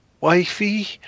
Wifey